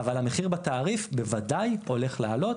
אבל המחיר בתעריף בוודאי הולך לעלות.